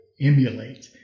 emulate